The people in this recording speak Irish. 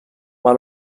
mar